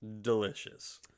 delicious